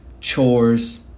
chores